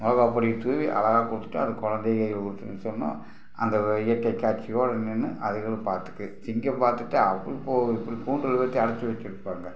மிளகா பொடி தூவி அழகா கொடுத்தா அது குழந்தைங்க கையில் கொடுத்தோம்னு சொன்னால் அந்த இயற்கை காட்சிகளோடு நின்று அதுகளும் பார்த்துக்கும் சிங்கம் பார்த்துட்டு அப்படி போகுது இப்படி போகுது கூண்டில் வைச்சு அடைச்சு வச்சுருப்பாங்க